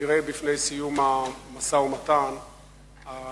כנראה בפני סיום המשא-ומתן על